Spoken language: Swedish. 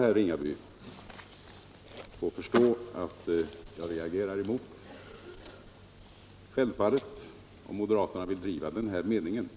Herr Ringaby får förstå att jag reagerar mot detta. Om moderaterna vill driva den här meningen